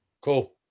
Cool